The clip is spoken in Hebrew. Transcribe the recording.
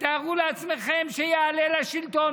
תתארו לעצמכם שיעלה לשלטון,